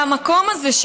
והמקום הזה,